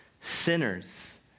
sinners